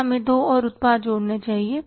क्या हमें दो और उत्पाद जोड़ने चाहिए